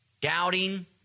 doubting